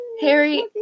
harry